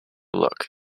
look